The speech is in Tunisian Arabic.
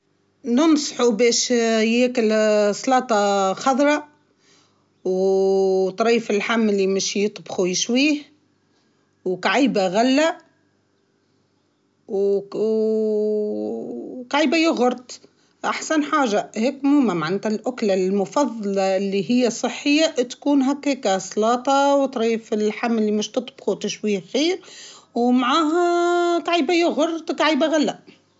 أسمع نحي الخبر ما تاكلوش ونحي العجائن في الليل ما تاكلهمش عندك كل صلاطة تريف هيكا دچاچ مشوي طيب لا مشوي مشوي ماذا بيك كل حاجة مشوية دچاچ الحم حوت.